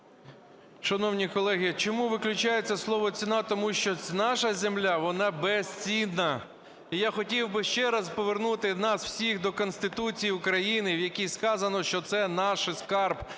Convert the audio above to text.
Шановні колеги, чому виключається слово "ціна"? Тому що наша земля, вона безцінна. І я хотів би ще раз повернути нас всіх до Конституції України, в якій сказано, що це наш скарб,